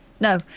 No